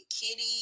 Kitty